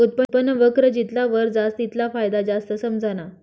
उत्पन्न वक्र जितला वर जास तितला फायदा जास्त समझाना